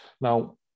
Now